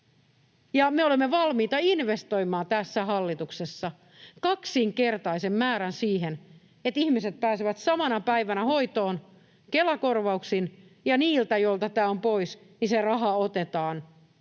me olemme valmiita investoimaan tässä hallituksessa kaksinkertaisen määrän siihen, että ihmiset pääsevät samana päivänä hoitoon Kela-korvauksin, ja niiltä, joilta tämä on pois, se raha otetaan